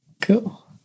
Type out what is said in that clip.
Cool